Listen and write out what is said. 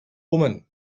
woman